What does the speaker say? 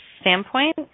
standpoint